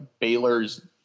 Baylor's